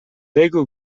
بگو